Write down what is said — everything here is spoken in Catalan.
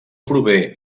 prové